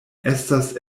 estas